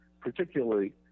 particularly